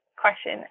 question